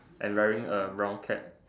and wearing a round cap